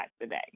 today